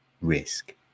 risk